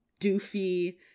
doofy